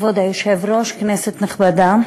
כבוד היושב-ראש, כנסת נכבדה,